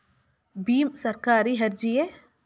ಭೀಮ್ ಸರ್ಕಾರಿ ಅರ್ಜಿಯೇ?